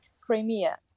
Crimea